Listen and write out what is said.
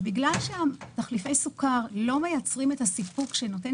בגלל שתחליפי הסוכר לא מייצרים את הסיפוק שנותן